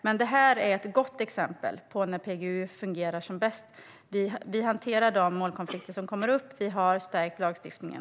Men det här är ett gott exempel på när PGU fungerar som bäst. Vi hanterar de målkonflikter som kommer upp, och vi har stärkt lagstiftningen.